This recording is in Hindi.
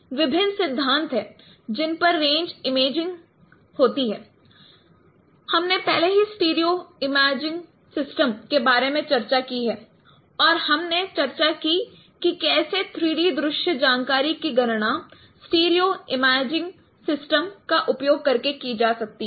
इसमें विभिन्न प्रकार के सिद्धांत हैं जिन पर रेंज इमेजिंग आधारित होती है हमने पहले ही स्टीरियो इमेजिंग सिस्टम के बारे में चर्चा की है और हमने चर्चा की कि कैसे 3 डी दृश्य जानकारी की गणना स्टीरियो इमेजिंग सिस्टम का उपयोग करके की जा सकती है